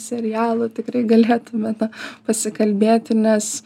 serialo tikrai galėtume na pasikalbėti nes